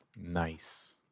Nice